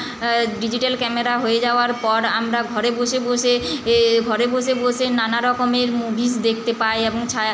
digital camera হয়ে যাওয়ার পর আমরা ঘরে বসে বসে এ ঘরে বসে বসে নানা রকমের মুভিস দেখতে পাই এবং ছায়া